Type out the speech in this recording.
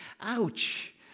Ouch